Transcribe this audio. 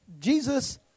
Jesus